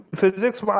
physics